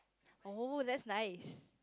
oh that's nice